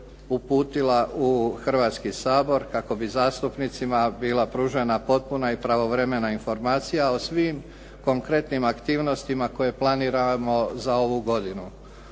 uputila u Hrvatski sabor kako bi zastupnicima bila pružena potpuna i pravovremena informacija o svim konkretnim aktivnostima koje planiramo za ovu godinu.